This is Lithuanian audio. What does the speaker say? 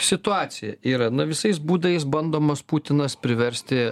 situacija yra na visais būdais bandomas putinas priversti